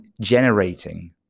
generating